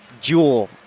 jewel